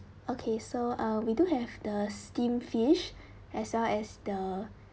okay so uh we do have the steamed fish as well as the